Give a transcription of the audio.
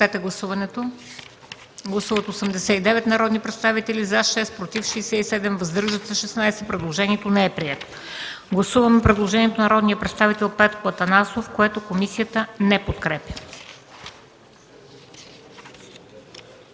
Гласуваме предложението на народния представител Пенко Атанасов, което комисията не подкрепя.